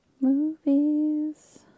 Movies